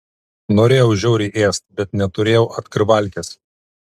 norėjau žiauriai ėst bet neturėjau atkrivalkės